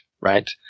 Right